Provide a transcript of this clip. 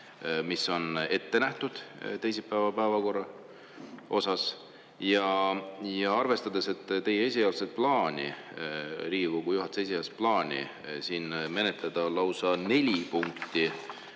mis on ette nähtud teisipäeva päevakorra osas. Ja arvestades teie esialgset plaani, Riigikogu juhatuse plaani siin menetleda lausa neli punkti